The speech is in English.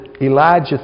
Elijah